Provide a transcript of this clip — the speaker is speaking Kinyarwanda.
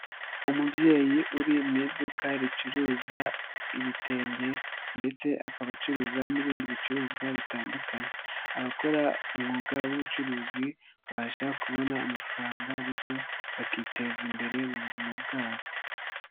Umubyeyi uri mu iduka ricuruza ibitenge ndetse akaba acuruza n'ibindi bicuruzwa bitandukanye. Abakora umwuga w'ubucuruzi babasha kubona amafaranga bityo bakiteza imbere mu buzima bwabo.